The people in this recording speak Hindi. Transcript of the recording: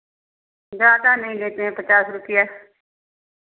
ज़्यादा नहीं लेते हैं पचास रुपैया